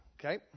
Okay